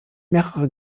mehrere